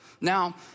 Now